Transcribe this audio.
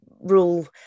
rule